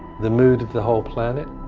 the mood of the whole planet